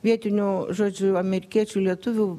vietinių žodžiu amerikiečių lietuvių